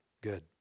good